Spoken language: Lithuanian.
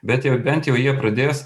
bet jau bent jau jie pradės